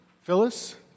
Phyllis